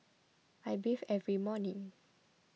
I bathe every morning